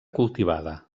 cultivada